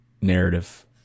narrative